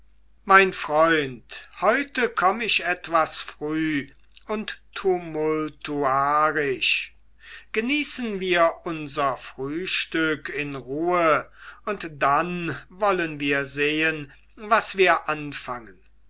mein freund heute komme ich etwas früh und tumultuarisch genießen wir unser frühstück in ruhe und dann wollen wir sehen was wir anfangen